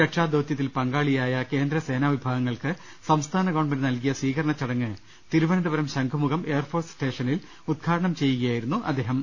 രക്ഷാദൌതൃത്തിൽ പങ്കാളിയായ കേന്ദ്രസേനാ വിഭാഗങ്ങൾക്ക് സംസ്ഥാന ഗവൺമെന്റ് നൽകിയ സ്വീകരണചടങ്ങ് തിരുവനന്തപുരം ശംഖുമുഖം എയർഫോഴ്സ് സ്റ്റേഷനിൽ ഉദ്ഘാടനം ചെയ്തു സംസാരിക്കുകയായിരുന്നു അദ്ദേഹം